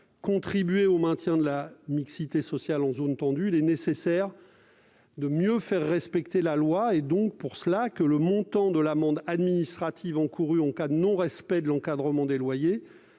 contribuer au maintien de la mixité sociale en zone tendue, il est nécessaire de mieux faire respecter la loi. Il faut pour cela que le montant de l'amende administrative encourue en cas de non-respect de l'encadrement des loyers